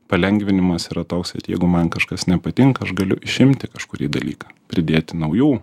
palengvinimas yra toks kad jeigu man kažkas nepatinka aš galiu išimti kažkurį dalyką pridėti naujų